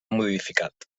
modificat